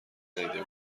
ندیده